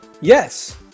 yes